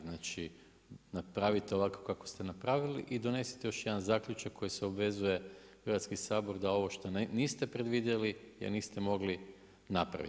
Znači napravite ovako kako ste napravili i donesite još jedan zaključak koji se obvezuje Hrvatski sabor da ovo što niste predvidjeli jer niste mogli napraviti.